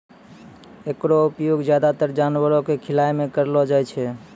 एकरो उपयोग ज्यादातर जानवरो क खिलाय म करलो जाय छै